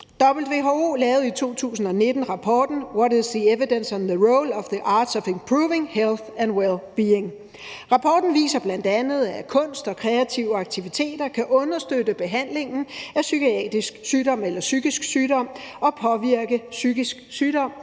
WHO lavede i 2019 rapporten »What is the evidence on the role of the arts in improving health and well-being?«. Rapporten viser bl.a., at kunst og kreative aktiviteter kan understøtte behandlingen af psykisk sygdom og påvirke psykisk sygdom